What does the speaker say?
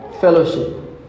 Fellowship